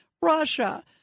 Russia